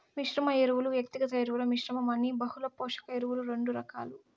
మిశ్రమ ఎరువులు, వ్యక్తిగత ఎరువుల మిశ్రమం అని బహుళ పోషక ఎరువులు రెండు రకాలు